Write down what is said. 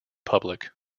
public